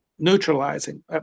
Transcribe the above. neutralizing